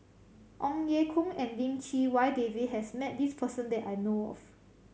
Ong Ye Kung and Lim Chee Wai David has met this person that I know of